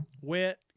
wet